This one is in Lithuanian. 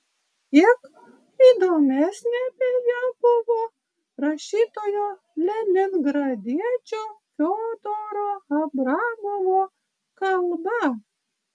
kiek įdomesnė beje buvo rašytojo leningradiečio fiodoro abramovo kalba